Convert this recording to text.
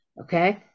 Okay